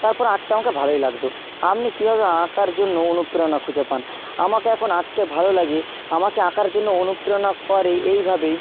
তারপর আঁকতে আমাকে ভালই লাগতো আমনি কীভাবে আঁকার জন্য অনুপ্রেরণা খুঁজে পান আমাকে এখন আঁকতে ভালো লাগে আমাকে আঁকার জন্য অনুপ্রেরণা করে এইভাবে